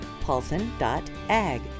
paulson.ag